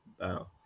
wow